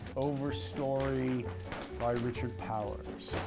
overstory by richard powers.